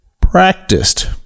practiced